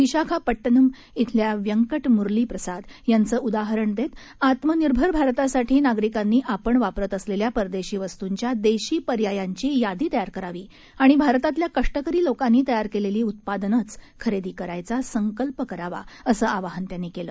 विशाखापट्टणमध्विल्याव्यंकटमुरलीप्रसादयांचंउदाहरणदेतआत्मनिर्भरभारतासाठीनागरिकांनी आपणवापरतअसलेल्यापरदेशीवस्तुंच्यादेशीपर्यायांचीयादीतयारकरावीआणिभारतातल्याकष्टकरीलोकांनीतयारकेलेलीउत्पादनेचखरेदीक रायचासंकल्पकरावाअसंआवाहनत्यांनीकेलं